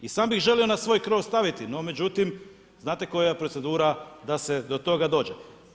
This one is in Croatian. I sam bi ih želio na svoj krov staviti no međutim, znate koja je procedura da se do toga dođe.